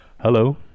Hello